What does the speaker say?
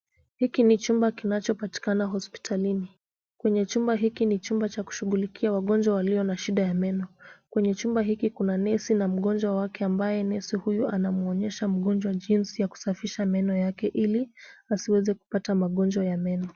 Hiki ni chumba kinachopatikana hospitalini. Kwenye chumba hiki ni chumba cha kushughulikia wagonjwa walio na shida ya meno. Kwenye chumba hiki kuna nesi na mgonjwa wake ambaye nesi huyu anamwonyesha mgonjwa jinsi ya kusafisha meno yake ili asiweze kupata magonjwa ya meno.